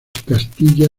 castilla